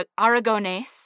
Aragonese